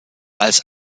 als